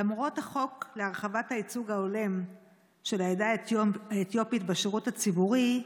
למרות החוק להרחבת הייצוג ההולם של העדה האתיופית בשירות הציבורי,